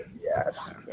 yes